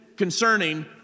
concerning